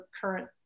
current